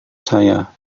saya